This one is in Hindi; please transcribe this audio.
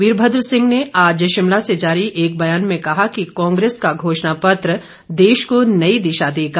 वीरभद्र सिंह ने आज शिमला से जारी एक बयान में कहा कि कांग्रेस का घोषणापत्र देश को नई दिशा देगा